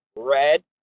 Red